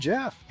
Jeff